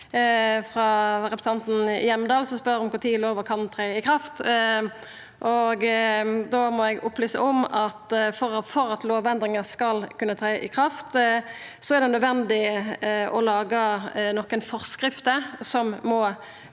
var representanten Hjemdal som spurde om kva tid lova kan tre i kraft. Da må eg opplysa om at for at lovendringar skal kunna tre i kraft, er det nødvendig å laga nokre forskrifter som òg